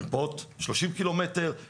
מרפאות 30 קילומטר,